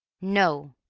no,